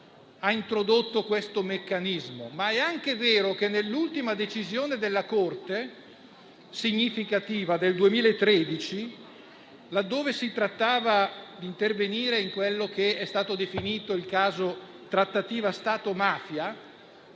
ha introdotto questo meccanismo, ma è anche vero che, nell'ultima significativa decisione della Corte, del 2013, laddove si trattava di intervenire in quello che è stato definito il caso "trattativa Stato-mafia",